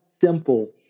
simple